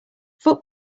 foot